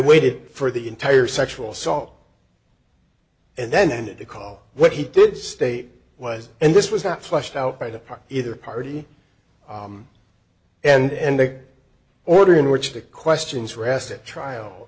waited for the entire sexual assault and then ended the call what he did state was and this was not flushed out by the park either party and the order in which the questions were asked at trial